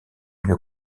une